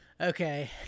Okay